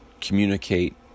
communicate